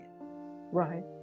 Right